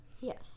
Yes